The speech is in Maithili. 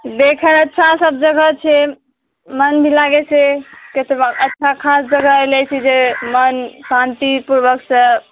देखय अच्छा सभ जगह छै मन भी लागैत छै केतबा अच्छा खास जगह आयलि छी जे मन शान्तिपूर्वकसँ